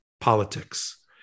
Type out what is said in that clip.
politics